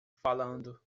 falando